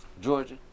Georgia